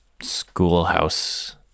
schoolhouse